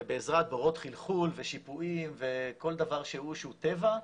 ובעזרת בורות חלחול ושיפועים וכל דבר שהוא טבע,